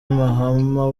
mahama